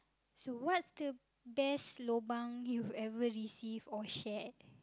so what's the best lobang you've ever received or shared